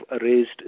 raised